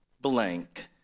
blank